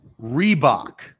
Reebok